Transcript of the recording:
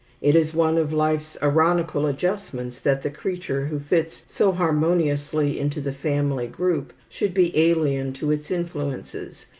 it is one of life's ironical adjustments that the creature who fits so harmoniously into the family group should be alien to its influences,